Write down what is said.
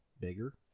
bigger